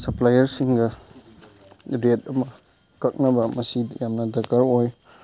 ꯁꯞꯄ꯭ꯂꯥꯏꯌꯔꯁꯤꯡꯒ rate ꯑꯃ ꯀꯛꯅꯕ ꯃꯁꯤ ꯌꯥꯝꯅ ꯗꯔꯀꯥꯔ ꯑꯣꯏ